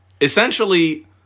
essentially